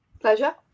pleasure